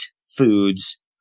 foods